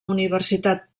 universitat